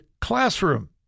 classroom